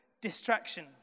distraction